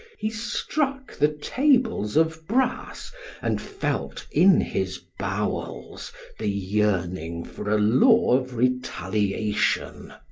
he struck the tables of brass and felt in his bowels the yearning for a law of retaliation?